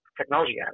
technology